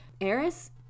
Eris